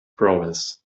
prowess